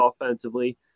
offensively